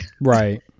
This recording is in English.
Right